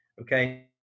Okay